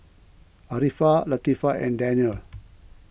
Arifa Latifa and Daniel